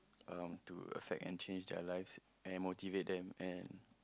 um to affect and change their lives and motivate them and